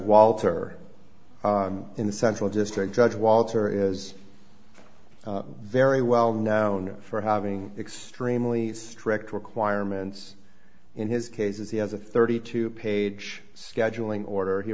walter in the central district judge walter is very well known for having extremely strict requirements in his cases he has a thirty two page scheduling order he